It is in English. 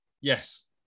Yes